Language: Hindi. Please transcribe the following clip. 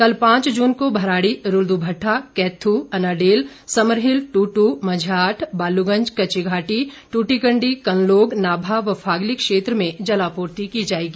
कल पांच जून को भराड़ी रूलदुभट्टा कैथू अनाडेल समरहिल टुटू मंज्याट बालूगंज कच्चीघाटी ट्रटीकण्डी कनलोग नाभा व फागली क्षेत्र में जलापूर्ति की जाएगी